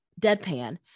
deadpan